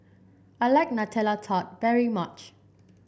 I like Nutella Tart very much